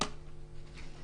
גבי.